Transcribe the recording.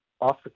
off